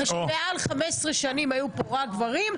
אחרי מעל 15 שנים שהיו פה רק גברים,